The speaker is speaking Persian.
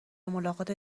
ملاقات